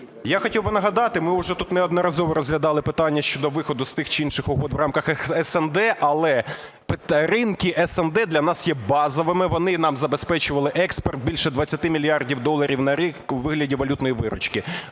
Я хотів би нагадати, ми вже тут неодноразово розглядали питання щодо виходу з тих чи інших угод в рамках СНД, але ринки СНД для нас є базовими, вони нам забезпечували експорт більше 20 мільярдів доларів на рік у вигляді валютної виручки.